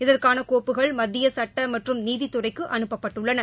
இதற்கானகோப்புகள் மத்தியசட்டமற்றும் நீதித்துறைக்குஅனுப்பப்பட்டுள்ளன